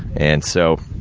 and so,